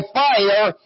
fire